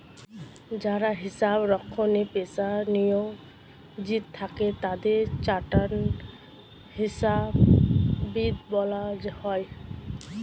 যারা হিসাব রক্ষণের পেশায় নিয়োজিত থাকে তাদের চার্টার্ড হিসাববিদ বলা হয়